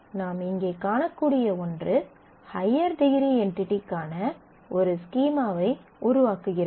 நாம் இங்கே காணக்கூடிய ஒன்று ஹய்யர் டிகிரி என்டிடிக்கான ஒரு ஸ்கீமாவை உருவாக்குகிறது